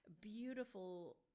beautiful